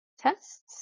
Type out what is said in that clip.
tests